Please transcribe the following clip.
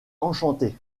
enchanté